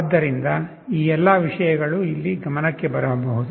ಆದ್ದರಿಂದ ಈ ಎಲ್ಲ ವಿಷಯಗಳು ಇಲ್ಲಿ ಗಮನಕ್ಕೆ ಬರಬಹುದು